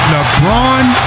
LeBron